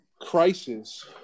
crisis